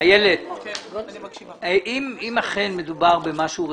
אם אכן מדובר במשהו רציני,